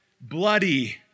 bloody